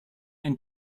and